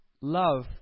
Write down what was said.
love